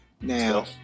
Now